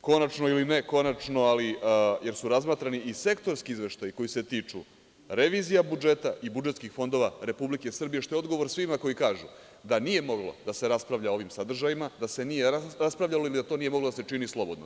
konačno ili ne konačno, ali jer su razmatrani i sektorski izveštaji koji se tiču revizija budžeta i budžetskih fondova Republike Srbije, što je odgovor svima koji kažu da nije moglo da se raspravlja ovim sadržajima, da se nije raspravljalo ili da to nije moglo da se čini slobodno.